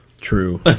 True